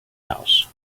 house